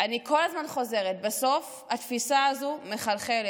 אני כל הזמן חוזרת, בסוף התפיסה הזאת מחלחלת.